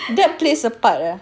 that plays a part ah